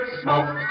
smoke